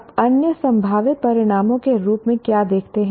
आप अन्य संभावित परिणामों के रूप में क्या देखते हैं